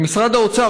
למשרד האוצר,